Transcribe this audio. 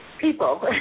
People